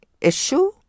issue